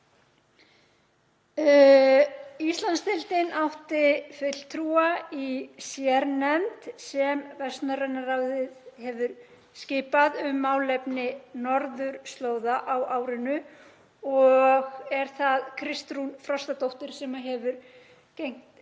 Íslandsdeildin átti fulltrúa í sérnefnd sem Vestnorræna ráðið hefur skipað um málefni norðurslóða á árinu og er það hv. þm. Kristrún Frostadóttir sem hefur gegnt